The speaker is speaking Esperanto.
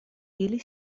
ili